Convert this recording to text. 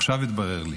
עכשיו התברר לי.